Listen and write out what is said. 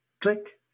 click